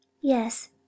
Yes